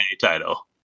title